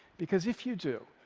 because if you do,